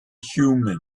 humans